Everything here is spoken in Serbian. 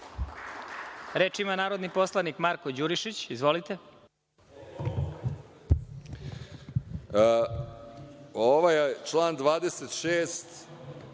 ima narodni poslanik Marko Đurišić. Izvolite.